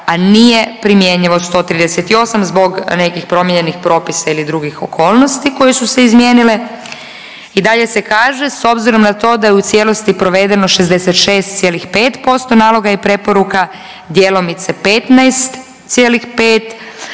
a nije primjenjivo 138 zbog nekih promijenjeni propisa ili dugih okolnosti koje su se izmijenile. I dalje se kaže, s obzirom na to da je u cijelosti provedeno 66,5% naloga i preporuka, djelomice 15,5